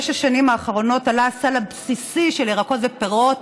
השנים האחרונות עלה הסל הבסיסי של ירקות ופירות